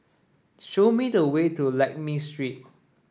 show me the way to Lakme Street